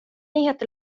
heter